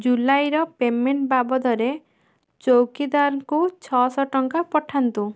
ଜୁଲାଇର payment ବାବଦରେ ଚୌକିଦାରଙ୍କୁ ଛଅଶହ ଟଙ୍କା ପଠାନ୍ତୁ